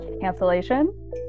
cancellation